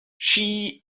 she